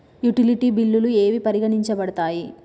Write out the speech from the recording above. Utility బిల్లులు ఏవి పరిగణించబడతాయి?